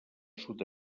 sud